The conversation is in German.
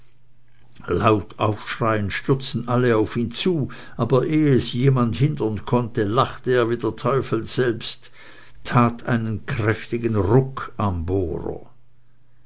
laut aufschreiend stürzten alle auf ihn zu aber ehe jemand es hindern konnte lachte er wie der teufel selbst tat einen kräftigen ruck am bohrer